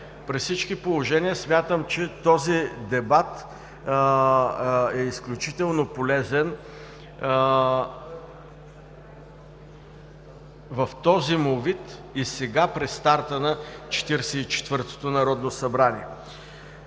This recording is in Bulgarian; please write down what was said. При всички положения смятам, че този дебат е изключително полезен в този му вид и сега, при старта на Четиридесет